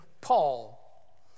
Paul